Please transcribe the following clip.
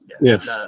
Yes